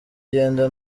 genda